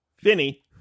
Vinny